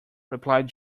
replied